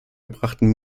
gebrachten